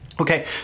Okay